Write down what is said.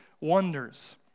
wonders